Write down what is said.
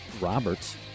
Roberts